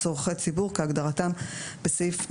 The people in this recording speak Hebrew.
צרכי ציבור כהגדרתם בסעיף 188(ב)